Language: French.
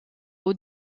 aux